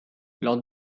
lors